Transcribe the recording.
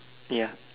ya